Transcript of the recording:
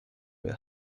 will